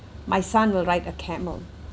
my son will ride a camel